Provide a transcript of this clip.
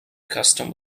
custom